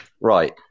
Right